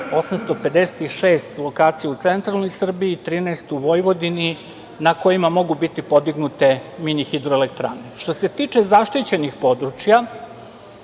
856 lokacija u centralnoj Srbiji, 13 u Vojvodini na kojima mogu biti podignute mini hidroelektrane. Što se tiče zaštićenih područja